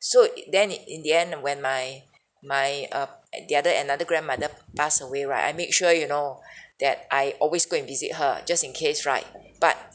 so then in the end when my my um uh the other another grandmother passed away right I make sure you know that I always go and visit her just in case right but